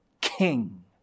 king